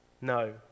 No